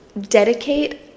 dedicate